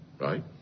Right